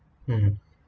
mm